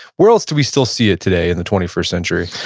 where else do we still see it today in the twenty first century?